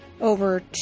over